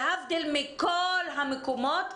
להבדיל מכל המקומות,